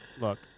look